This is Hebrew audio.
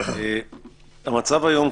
המצב היום,